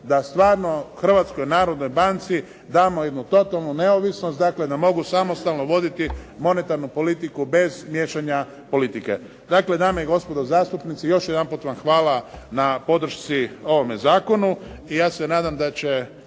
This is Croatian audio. da stvarno Hrvatskoj narodnoj banci damo jednu totalnu neovisnost, dakle da mogu samostalno voditi monetarnu politiku bez miješanja politike. Dakle, dame i gospodo zastupnici, još jedanput vam hvala na podršci ovome zakonu i ja se nadam da će